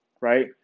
right